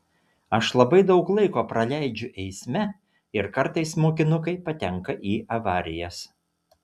aš labai daug laiko praleidžiu eisme ir kartais mokinukai patenka į avarijas